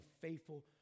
faithful